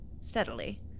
steadily